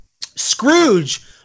Scrooge